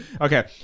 Okay